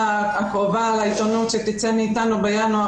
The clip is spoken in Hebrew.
הקרובה לעיתונאות' שתצא מאיתנו בינואר,